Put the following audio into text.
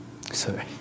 Sorry